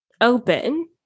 open